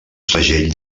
segell